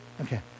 okay